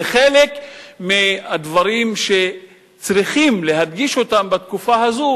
זה חלק מהדברים שצריכים להדגיש אותם בתקופה הזו,